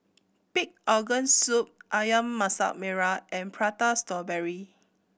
pig organ soup Ayam Masak Merah and Prata Strawberry